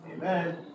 Amen